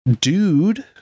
dude